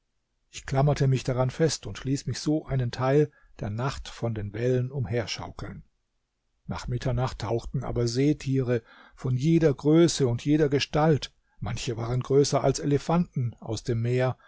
ich klammerte mich daran fest und ließ mich so einen teil der nacht von den wellen umherschaukeln nach mitternacht tauchten aber seetiere von jeder größe und jeder gestalt manche waren größer als elefanten aus dem meer